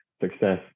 success